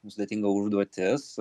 sudėtinga užduotis